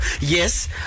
yes